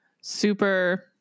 super